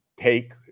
take